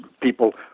people